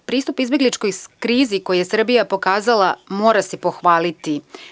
Pristup izbegličkoj krizi koju je Srbija pokazala mora se pohvaliti.